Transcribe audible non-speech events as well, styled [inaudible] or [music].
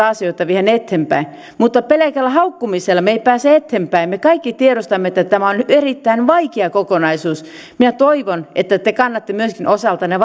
[unintelligible] asioita viedään eteenpäin mutta pelkällä haukkumisella me emme pääse eteenpäin me kaikki tiedostamme että tämä on erittäin vaikea kokonaisuus minä toivon että te kannatte myöskin osaltanne [unintelligible]